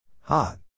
Hot